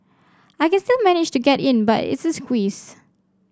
I can still manage to get in but it's a squeeze